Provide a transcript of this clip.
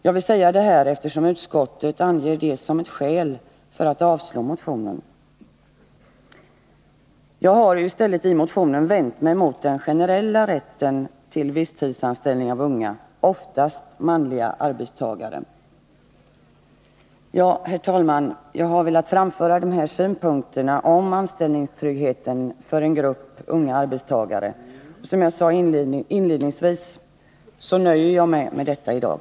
Jag vill säga detta, eftersom utskottet anger det som ett skäl för att avstyrka motionen. Jag har ju i stället vänt mig mot den generella rätten till visstidsanställning av unga, oftast manliga, arbetstagare. Herr talman! Jag har bara velat framföra dessa synpunkter på anställningstryggheten för en grupp unga arbetstagare, och som jag sade inledningsvis nöjer jag mig med detta i dag.